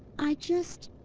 i just.